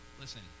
Listen